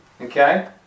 Okay